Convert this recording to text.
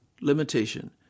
limitation